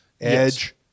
edge